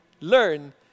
Learn